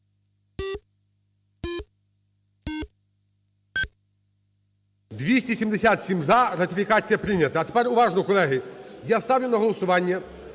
За-277 Ратифікація прийнята. А тепер уважно, колеги. Я ставлю на голосування